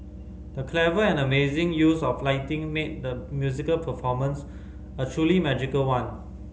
the clever and amazing use of lighting made the musical performance a truly magical one